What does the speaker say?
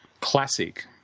classic